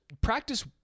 Practice